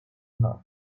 noc